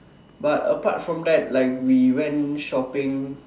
but apart from that like we went shopping